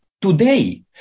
Today